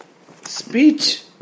speech